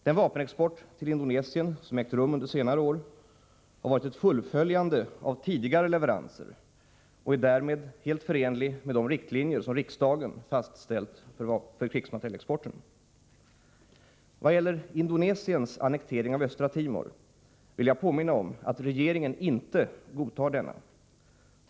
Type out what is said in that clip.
Den vapenexport till Indonesien som ägt rum under senare år har varit ett fullföljande av tidigare leveranser och är därmed helt förenlig med de riktlinjer som riksdagen fastställt för krigsmaterielexporten. I vad gäller Indonesiens annektering av Östra Timor vill jag påminna om att regeringen inte godtar denna.